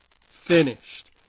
finished